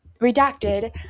redacted